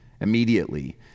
Immediately